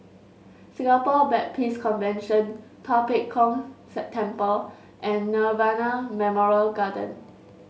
Singapore Baptist Convention Tua Pek Kong September and Nirvana Memorial Garden